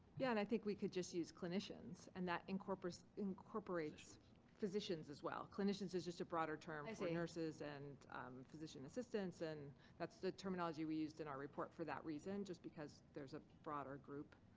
yeah and i think we could just use clinicians and that incorporates incorporates physicians as well. clinicians is just a broader term. i see. for nurses and physician assistants and that's the terminology we used in our report for that reason just because there's a broader group.